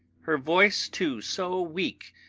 her voice, too, so weak,